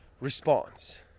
response